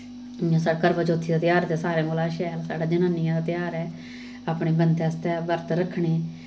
इ'यां साढ़ा करवाचौथी दा तेहार ते सारें कोला शैल साढ़ा जनानियें दा तेहार ऐ अपने बंदे आस्तै बर्त रक्खनें